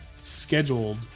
scheduled